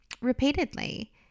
repeatedly